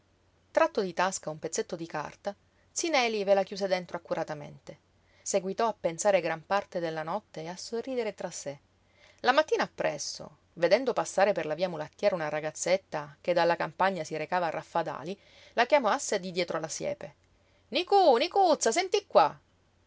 tratto di tasca un pezzetto di carta zi neli ve la chiuse dentro accuratamente seguitò a pensare gran parte della notte e a sorridere tra sé la mattina appresso vedendo passare per la via mulattiera una ragazzetta che dalla campagna si recava a raffadali la chiamò a sé di dietro la siepe nicu nicuzza senti qua